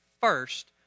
first